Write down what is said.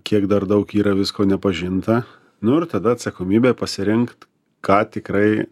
kiek dar daug yra visko nepažinta nu ir tada atsakomybė pasirinkti ką tikrai